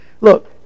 Look